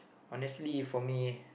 honestly for me